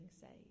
saved